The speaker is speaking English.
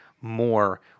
more